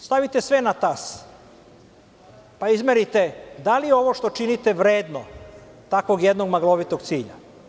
Stavite sve na tas, pa izmerite da li je ovo što činite vredno takvog jednog maglovitog cilja.